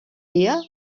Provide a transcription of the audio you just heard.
dia